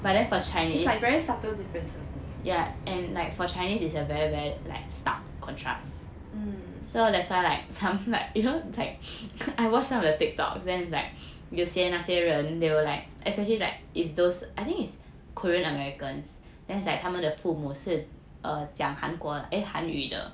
it's like very subtle differences mm